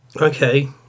Okay